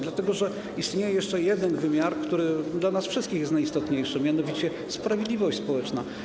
Dlatego że istnieje jeszcze jeden wymiar, który dla nas wszystkich jest najistotniejszy, mianowicie sprawiedliwość społeczna.